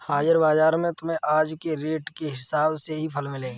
हाजिर बाजार में तुम्हें आज के रेट के हिसाब से ही फल मिलेंगे